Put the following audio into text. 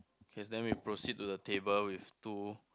okay then we proceed to the table with two